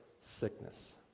sickness